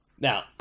Now